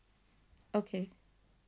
okay